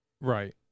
Right